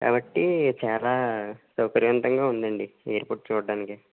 కాబట్టి చాలా సౌకర్యవంతంగా ఉందండి ఎయిర్పోర్ట్ చూడడానికి